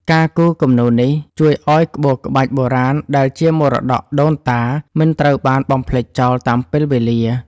ការគូរគំនូរនេះជួយឱ្យក្បូរក្បាច់បុរាណដែលជាមរតកដូនតា មិនត្រូវបានបំភ្លេចចោលតាមពេលវេលា។